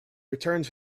returned